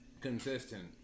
consistent